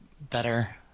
better